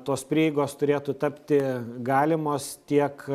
tos prieigos turėtų tapti galimos tiek